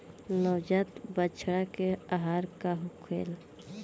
नवजात बछड़ा के आहार का होखे?